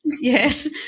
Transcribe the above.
Yes